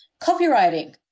Copywriting